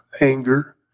anger